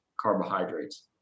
carbohydrates